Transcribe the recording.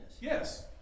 Yes